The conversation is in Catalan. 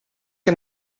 que